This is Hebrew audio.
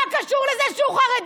זה קשור, מה זה קשור לזה שהוא חרדי?